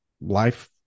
life